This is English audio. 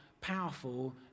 powerful